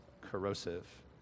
corrosive